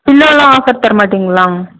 பில்லோவெல்லாம் offer தரமாட்டீங்களா